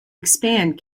expand